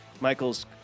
michael's